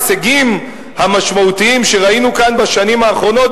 ההישגים המשמעותיים שראינו כאן בשנים האחרונות,